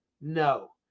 No